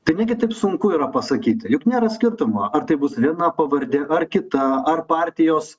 tai negi taip sunku yra pasakyt juk nėra skirtumo ar tai bus viena pavardė ar kita ar partijos